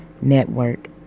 Network